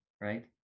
right